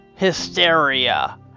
hysteria